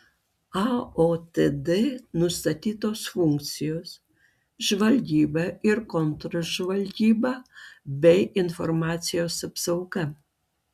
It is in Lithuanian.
aotd nustatytos funkcijos žvalgyba ir kontržvalgyba bei informacijos apsauga